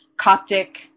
Coptic